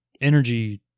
energy